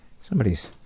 somebody's